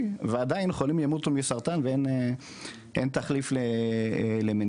ועדיין חולים ימותו מסרטן ואין תחליף למניעה.